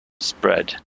spread